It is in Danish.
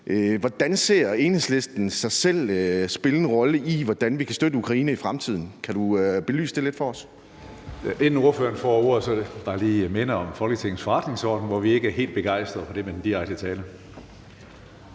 Hvordan ser Enhedslisten sig selv spille en rolle i, hvordan vi kan støtte Ukraine i fremtiden? Kan du belyse det lidt for os? Kl. 17:26 Tredje næstformand (Karsten Hønge): Inden ordføreren får ordet, vil jeg bare lige minde om Folketingets forretningsorden, hvor vi ikke er helt begejstret for det med direkte tiltale.